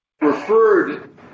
referred